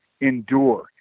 endure